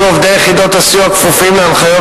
יהיו עובדי יחידות הסיוע כפופים להנחיות